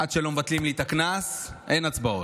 עד שלא מבטלים לי את הקנס, אין הצבעות.